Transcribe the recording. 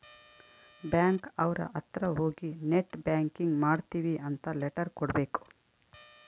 bank ಅವ್ರ ಅತ್ರ ಹೋಗಿ ನೆಟ್ ಬ್ಯಾಂಕಿಂಗ್ ಮಾಡ್ತೀವಿ ಅಂತ ಲೆಟರ್ ಕೊಡ್ಬೇಕು